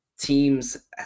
teams